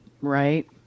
right